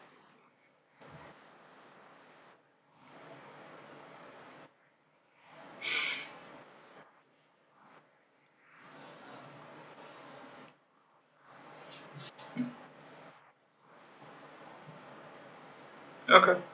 okay